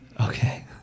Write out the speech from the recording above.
Okay